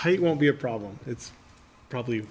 take won't be a problem it's probably